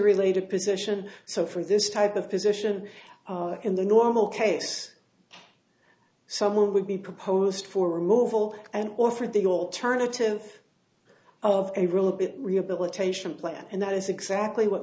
related position so for this type of position in the normal case someone would be proposed for removal and offered the alternative of rehabilitation plan and that is exactly what